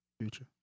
Future